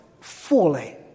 fully